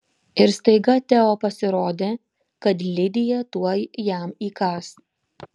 ir staiga teo pasirodė kad lidija tuoj jam įkąs